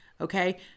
okay